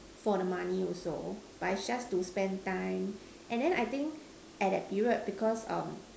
for the money also but is just to spend time and then I think at that period because um